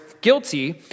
guilty